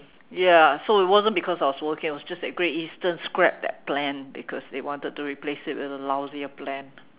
ya so it wasn't because I was working it was just that Great Eastern scrapped that plan because they wanted to replace it with a lousier plan